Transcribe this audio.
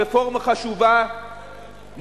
רפורמה חשובה,